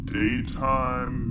daytime